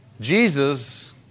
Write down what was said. Jesus